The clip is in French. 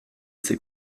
ces